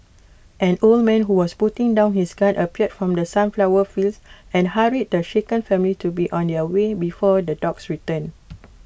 an old man who was putting down his gun appeared from the sunflower fields and hurried the shaken family to be on their way before the dogs return